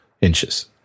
inches